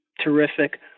terrific